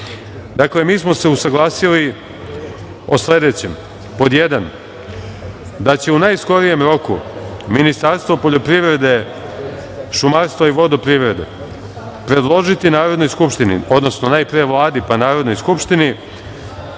mi smo se usaglasili o sledećem. Pod jedan, da će u najskorijem roku Ministarstvo poljoprivrede, šumarstva i vodoprivrede predložiti Narodnoj skupštini, najpre Vladi, pa Narodnoj skupštini